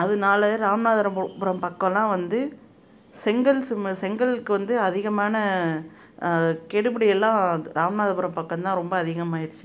அதனால ராமநாதபுபுரம் பக்கமெல்லாம் வந்து செங்கல் சிமெ செங்கலுக்கு வந்த அதிகமான கெடுபிடியெல்லாம் ராமநாதபுரம் பக்கம்தான் ரொம்ப அதிகமாயிருச்சு